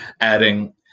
adding